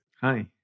Hi